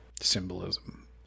Symbolism